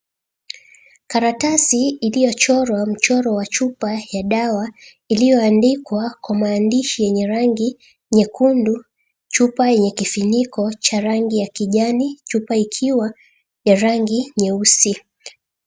Karatasi iliyochorwa mchoro wa chupa ya dawa iliyoandikwa kwa maandishi yenye rangi nyekundu, chupa yenye kifuniko cha rangi ya kijani. Chupa ikiwa ya rangi nyeusi.